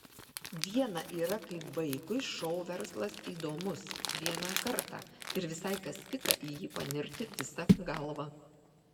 viena yra kai vaikui šou verslas įdomus vieną kartą ir visai kas kita į jį panirti visa galva